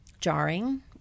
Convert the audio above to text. jarring